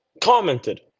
commented